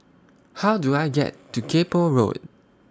How Do I get to Kay Poh Road